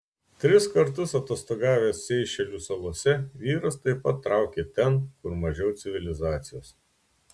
tris kartus atostogavęs seišelių salose vyras taip pat traukė ten kur mažiau civilizacijos